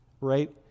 right